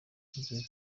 igihe